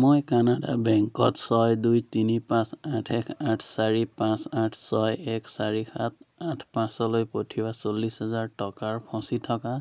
মই কানাড়া বেংকত ছয় দুই তিনি পাঁচ আঠ এক আঠ চাৰি পাঁচ আঠ ছয় এক চাৰি সাত আঠ পাঁচলৈ পঠিওৱা চল্লিছ হাজাৰ টকাৰ ফঁচি থকা